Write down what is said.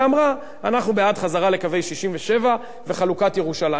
ואמרה: אנחנו בעד חזרה לקווי 67' וחלוקת ירושלים.